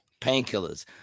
Painkillers